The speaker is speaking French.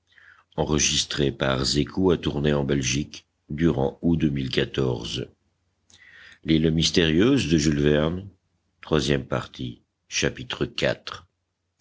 of l'île mystérieuse by